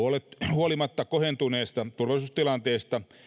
huolimatta kohentuneesta turvallisuustilanteesta